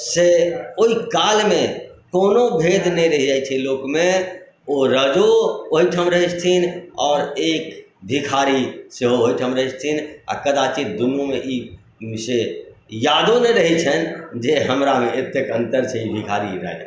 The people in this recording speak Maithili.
से ओहि कालमे कोनो भेद नहि रहि जाइत छै लोकमे ओ राजो ओहीठाम रहैत छथिन आओर एक भिखारी सेहो ओहीठाम रहैत छथिन आ कदाचित दुनूमे ई जे छै ई यादो नहि रहैत छैन्ह जे हमरामे एते अन्तर छै भिखारी राजामे